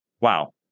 wow